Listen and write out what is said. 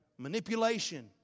manipulation